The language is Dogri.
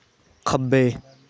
खब्बे